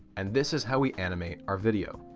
and this is how we animate our video.